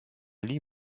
lee